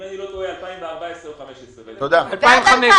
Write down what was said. אם אני לא טועה ב-2014 או 2015. ועד 2015,